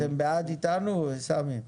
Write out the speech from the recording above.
האם אתם בעד איתנו, סמי?